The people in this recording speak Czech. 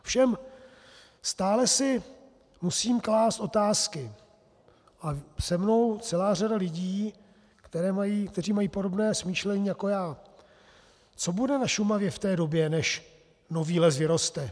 Ovšem stále si musím klást otázky a se mnou celá řada lidí, kteří mají podobné smýšlení jako já: Co bude na Šumavě v té době, než nový les vyroste?